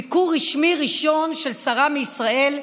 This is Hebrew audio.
ביקור רשמי ראשון של שרה מישראל,